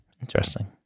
Interesting